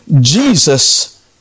Jesus